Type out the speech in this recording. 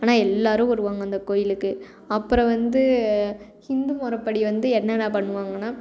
ஆனால் எல்லோரும் வருவாங்க அந்த கோயிலுக்கு அப்புறம் வந்து ஹிந்து முறைப்படி வந்து என்னென்ன பண்ணுவாங்கன்னா